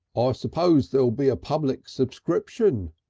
ah suppose there'll be a public subscription,